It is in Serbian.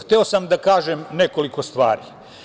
Hteo sam da kažem nekoliko stvari.